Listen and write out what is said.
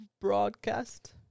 broadcast